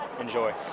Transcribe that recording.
Enjoy